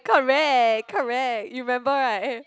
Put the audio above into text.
correct correct you remember right